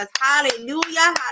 Hallelujah